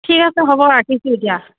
ঠিক আছে হ'ব ৰাখিছোঁ এতিয়া